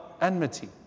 enmity